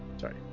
Sorry